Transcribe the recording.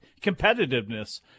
competitiveness